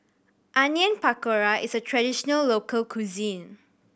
Onion Pakora is a traditional local cuisine